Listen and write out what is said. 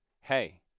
hey